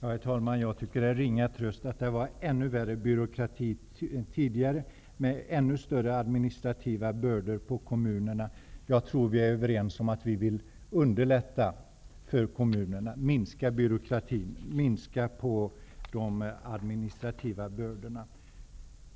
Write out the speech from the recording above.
Herr talman! Jag tycker att det är ringa tröst att det var ännu värre byråkrati tidigare, med ännu större administrativa bördor på kommunerna. Jag tror att vi är överens om att vi vill underlätta för kommunerna, minska byråkratin, minska de administrativa bördorna.